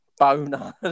Bonus